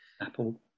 Apple